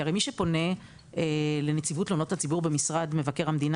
כי הרי מי שפונה לנציבות תלונות הציבור במשרד מבקר המדינה